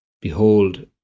Behold